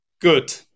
Good